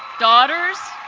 daughters,